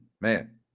man